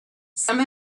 some